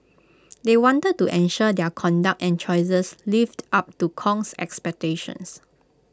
they wanted to ensure their conduct and choices lived up to Kong's expectations